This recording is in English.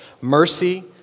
Mercy